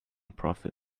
profit